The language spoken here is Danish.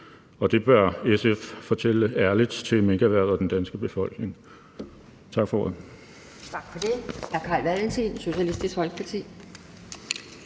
Det bør SF fortælle ærligt til minkerhvervet og den danske befolkning. Tak for ordet.